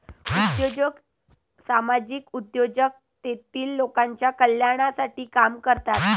उद्योजक सामाजिक उद्योजक तेतील लोकांच्या कल्याणासाठी काम करतात